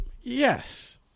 yes